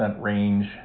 range